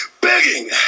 begging